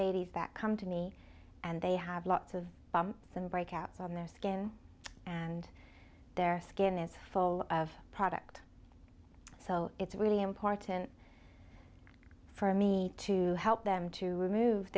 ladies that come to me and they have lots of bumps and breakouts on the skin and their skin is full of product so it's really important for me to help them to remove